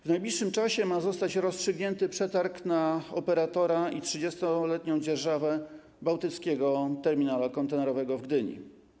W najbliższym czasie ma zostać rozstrzygnięty przetarg na operatora i 30-letnią dzierżawę Bałtyckiego Terminala Kontenerowego w Gdyni.